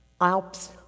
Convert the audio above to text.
alps